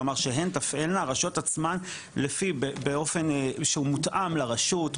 כלומר שהן תפעלנה הרשויות עצמן לפי באופן שהוא מותאם לרשות,